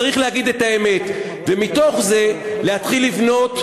צריך להגיד את האמת, ומתוך זה להתחיל לבנות בנגב,